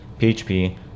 php